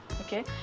Okay